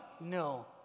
no